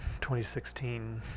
2016